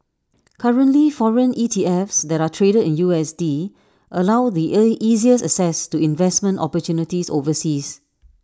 currently foreign ETFs that are traded in U S D allow the easiest access to investment opportunities overseas